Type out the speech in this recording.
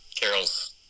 Carol's